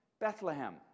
Bethlehem